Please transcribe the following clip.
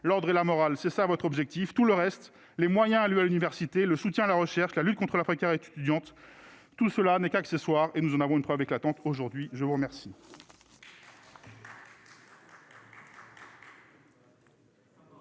l'ordre et la morale, c'est ça votre objectif tout le reste, les moyens alloués à l'université, le soutien à la recherche de la lutte contre la précarité étudiante, tout cela n'est pas que ce soir, et nous en avons une preuve éclatante : aujourd'hui, je vous remercie.